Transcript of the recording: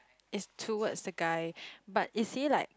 is towards the guy but is he like